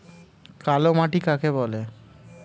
কালোমাটি কাকে বলে?